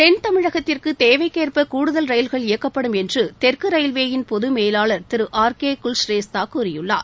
தென்தமிழகத்திற்கு தேவைக்கேற்ப கூடுதல் ரயில்கள் இயக்கப்படும் என்று தெற்கு ரயில்வேயின் பொது மேலாளர் திரு ஆர் கே குல்ஷ்ரேஸ்தா கூறியுள்ளார்